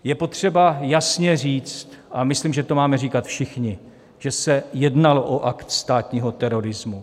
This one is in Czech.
Je potřeba jasně říct, a myslím, že to máme říkat všichni, že se jednalo o akt státního terorismu.